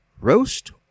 Roast